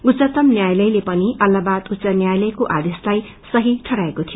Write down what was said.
उच्चतम न्यायालयले पनि इेलाहाबाद उच्च न्यायालयको आदेशलाई सही ठहराएको थियो